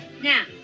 Now